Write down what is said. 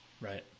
Right